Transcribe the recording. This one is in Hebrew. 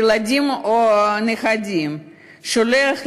שולח את הילדים או הנכדים לבית-ספר,